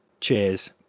Cheers